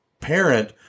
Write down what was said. parent